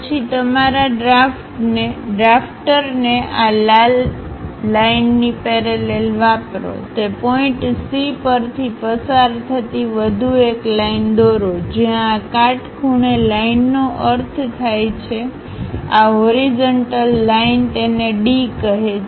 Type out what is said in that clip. પછી તમારા ડ્રાફ્ટરને આ લાલ લાઇનની પેરેલલ વાપરો તે પોઇન્ટC પરથી પસાર થતી વધુ એક લાઇન દોરો જ્યાં આ કાટખૂણે લાઈનનો અર્થ થાય છે આ હોરિઝન્ટલ લાઈન તેને D કહે છે